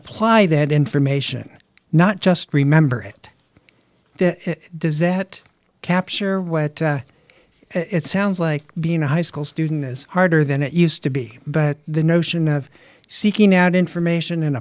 apply that information not just remember it does that capture what it sounds like being a high school student is harder than it used to be but the notion of seeking out information